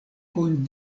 kun